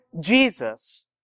Jesus